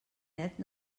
net